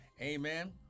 amen